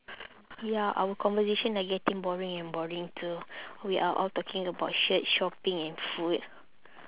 ya our conversation are getting boring and boring too we are all talking about shirt shopping and food